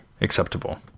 acceptable